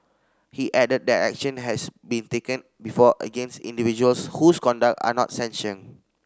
he added that action has been taken before against individuals whose conduct are not sanctioned